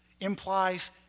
implies